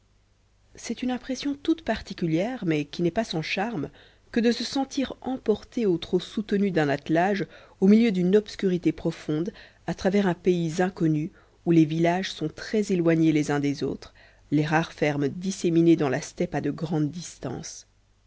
c'est une impression toute particulière mais qui n'est pas sans charme que de se sentir emporté au trot soutenu d'un attelage au milieu d'une obscurité profonde à travers un pays inconnu où les villages sont très éloignés les uns des autres les rares fermes disséminées dans la steppe à de grandes distances